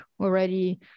already